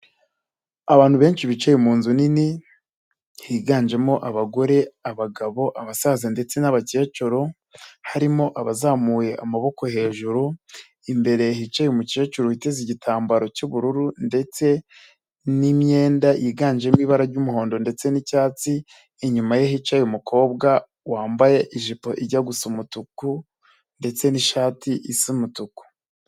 Abantu benshi bicaye mu nzu nini higanjemo abagore abagabo abasaza ndetse n'abakecuru harimo abazamuye amaboko hejuru imbere hicaye umukecuru witeze igitambaro cy'ubururu ndetse n'imyenda yiganjemo ibara ry'umuhondo ndetse n'icyatsi inyuma ye hicaye umukobwa wambaye ijipo ijya gusa umutuku ndetse n'ishati isa n'umutuku.